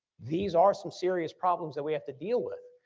these are some serious problems that we have to deal with.